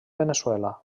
veneçuela